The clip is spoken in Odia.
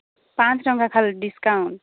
ପାଞ୍ଚ ଟଙ୍କା ଖାଲି ଡିସ୍କାଉଣ୍ଟ୍